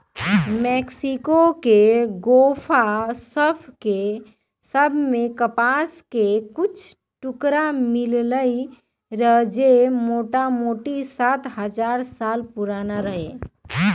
Mexico के गोफा सभ में कपास के कुछ टुकरा मिललइ र जे मोटामोटी सात हजार साल पुरान रहै